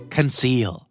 Conceal